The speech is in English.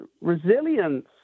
Resilience